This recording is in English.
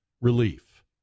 Relief